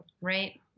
right